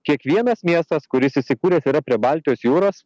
kiekvienas miestas kuris įsikūręs yra prie baltijos jūros